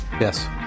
yes